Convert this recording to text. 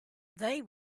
they